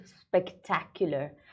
spectacular